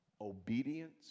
Obedience